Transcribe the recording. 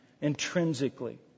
intrinsically